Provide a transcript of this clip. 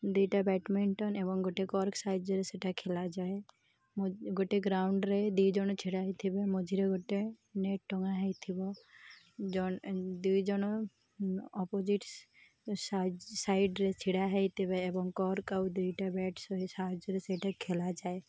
ଦୁଇଟା ବ୍ୟାଟମିଣ୍ଟନ୍ ଏବଂ ଗୋଟେ କର୍କ ସାହାଯ୍ୟରେ ସେଇଟା ଖେଳାଯାଏ ଗୋଟେ ଗ୍ରାଉଣ୍ଡ୍ରେ ଦୁଇ ଜଣ ଛିଡ଼ା ହେଇଥିବେ ମଝିରେ ଗୋଟେ ନେଟ୍ ଟଣା ହେଇଥିବ ଜଣ ଦୁଇ ଜଣ ଅପୋଜିଟ୍ ସାଇଡ଼୍ରେ ଛିଡ଼ା ହେଇଥିବେ ଏବଂ କର୍କ୍ ଆଉ ଦୁଇଟା ବ୍ୟାଟ୍ ସାହାଯ୍ୟରେ ସେଇଟା ଖେଳାଯାଏ